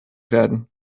werden